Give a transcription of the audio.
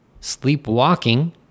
sleepwalking